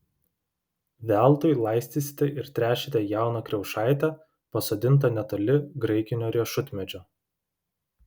veltui laistysite ir tręšite jauną kriaušaitę pasodintą netoli graikinio riešutmedžio